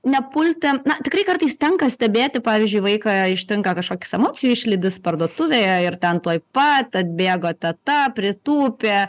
nepulti na tikrai kartais tenka stebėti pavyzdžiui vaiką ištinka kažkoks emocijų išlydis parduotuvėje ir ten tuoj pat atbėgo teta pritūpė